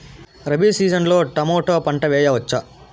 Rabi season లో tomato పంట వేయవచ్చా?